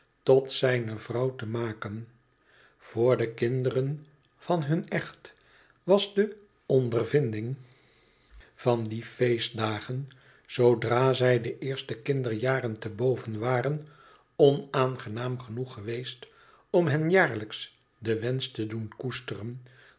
tot zijne vrouw te maken voor de kmderen van hun echt was de ondervinding van die feestdagen zoodra zij de eerste kinderjaren te boven waren onaangenaam genoeg geweest om hen jaarlijks den wensch te doen koesteren